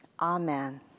Amen